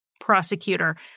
prosecutor